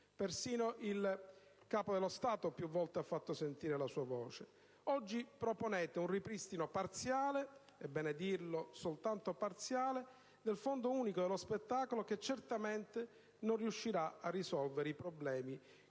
Persino il Capo dello Stato più volte ha fatto sentire la sua voce. Oggi, proponete un ripristino parziale (è bene dirlo: soltanto parziale) del Fondo unico per lo spettacolo che certamente non riuscirà a risolvere i problemi